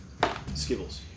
Skibbles